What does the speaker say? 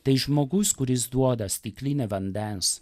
tai žmogus kuris duoda stiklinę vandens